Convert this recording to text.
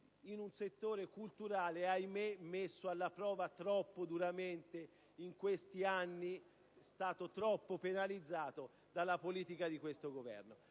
in un settore culturale ahimè messo alla prova troppo duramente in questi anni: è stato troppo penalizzato dalla politica di questo Governo.